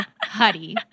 Huddy